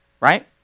right